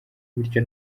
bityo